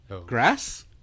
Grass